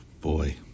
Boy